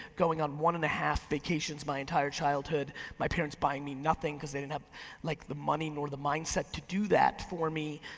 going on one and a half vacations my entire childhood, my parents buying me nothing cause they didn't have like the money nor the mindset to do that for me,